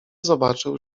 zobaczył